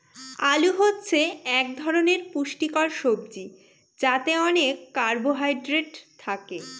আলু হচ্ছে এক ধরনের পুষ্টিকর সবজি যাতে অনেক কার্বহাইড্রেট থাকে